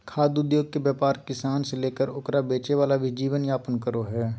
खाद्य उद्योगके व्यापार किसान से लेकर ओकरा बेचे वाला भी जीवन यापन करो हइ